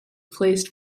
placed